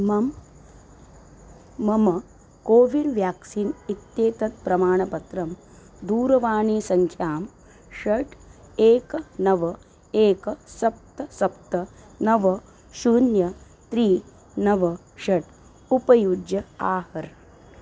मं मम covid vaccine इत्येतत् प्रमाणपत्रं दूरवाणीसङ्ख्यां षट् एक नव एक सप्त सप्त नव शून्यं त्रीणि नव षट् उपयुज्य आहर्